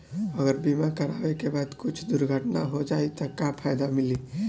अगर बीमा करावे के बाद कुछ दुर्घटना हो जाई त का फायदा मिली?